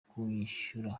kunyishyura